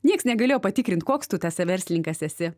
nieks negalėjo patikrint koks tu tas everslininkas esi